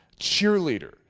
cheerleader